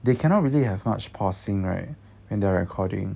they cannot really have much pausing right in their recording